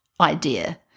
idea